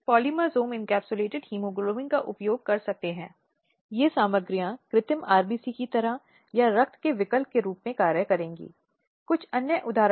इसलिए मौखिक अपमानजनक दूसरे के खिलाफ अपमानजनक भाषा का उपयोग परिवार की महिला को अलग अलग नामों से बुलाना उदाहरण हैं